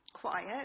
quiet